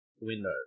window